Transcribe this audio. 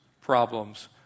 problems